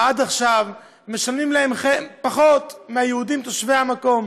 עד עכשיו משלמים להם פחות מליהודים תושבי המקום.